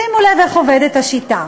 שימו לב איך עובדת השיטה.